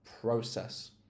process